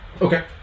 Okay